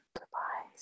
Goodbye